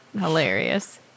hilarious